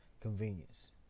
Convenience